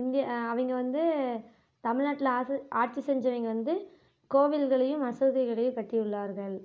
இந்திய அவங்க வந்து தமிழ்நாட்டில் ஆட்சி ஆட்சி செஞ்சவங்க வந்து கோவில்களையும் மசூதிகளையும் கட்டி உள்ளார்கள்